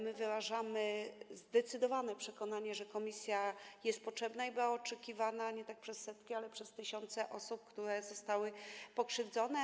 My wyrażamy zdecydowane przekonanie, że komisja jest potrzebna i była oczekiwana nie przez setki, ale przez tysiące osób, które zostały pokrzywdzone.